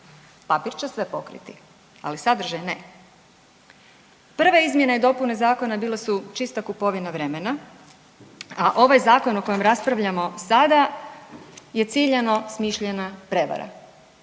Papir će sve pokriti, ali sadržaj ne. Prve izmjene i dopune zakona bile su čista kupovina vremena, a ovaj zakon o kojem raspravljamo sada je ciljano smišljena prevara,